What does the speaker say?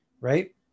Right